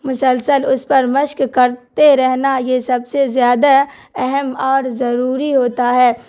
مسلسل اس پر مشق کرتے رہنا یہ سب سے زیادہ اہم اور ضروری ہوتا ہے